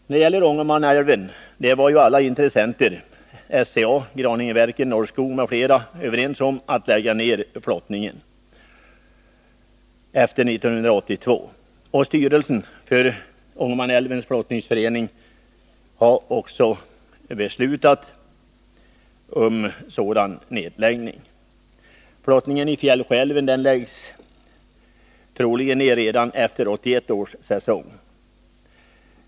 När det gäller Ångermanälven var alla intressenter — SCA, Graningeverken, Norrskog m.fl. — överens om att lägga ned flottningen efter 1982, och styrelsen för Ångermanälvens flottningsförening har också beslutat om en sådan nedläggning. Flottningen i Fjällsjöälven läggs troligen ner efter 1981 års säsong.